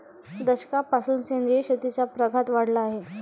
दशकापासून सेंद्रिय शेतीचा प्रघात वाढला आहे